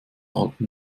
alten